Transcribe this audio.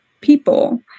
people